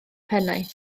pennaeth